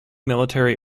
military